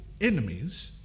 enemies